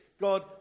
God